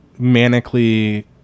manically